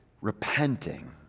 repenting